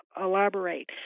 elaborate